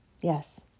Yes